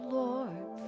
lord